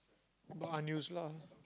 but unused lah